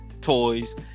Toys